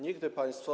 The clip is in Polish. Nigdy państwo.